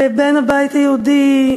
ובין הבית היהודי,